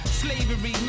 slavery